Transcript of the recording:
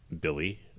Billy